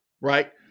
right